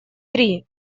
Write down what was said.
три